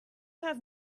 have